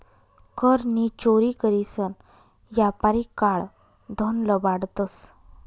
कर नी चोरी करीसन यापारी काळं धन लपाडतंस